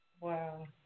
Wow